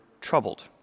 troubled